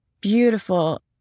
beautiful